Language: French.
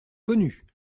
connu